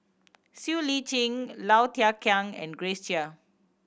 Siow Lee Chin Low Thia Khiang and Grace Chia